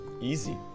easy